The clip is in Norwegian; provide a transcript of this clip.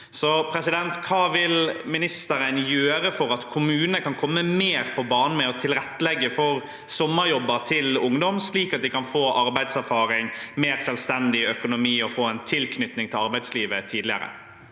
annerledes ut. Hva vil ministeren gjøre for at kommunene kan komme mer på banen med å tilrettelegge for sommerjobber til ungdom, slik at de kan få arbeidserfaring, mer selvstendig økonomi og en tidligere tilknytning til arbeidslivet?